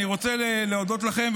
אני רוצה להודות לכם,